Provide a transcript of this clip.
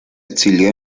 exilió